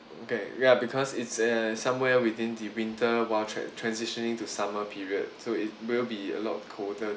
okay ya because it's uh somewhere within the winter while tran~ transitioning to summer period so it will be a lot colder